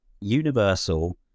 Universal